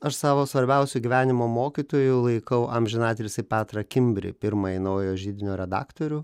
aš savo svarbiausiu gyvenimo mokytoju laikau amžinatilsį petrą kimbrį pirmąjį naujojo židinio redaktorių